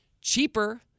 cheaper